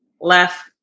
left